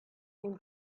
them